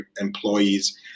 employees